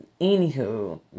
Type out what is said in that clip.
anywho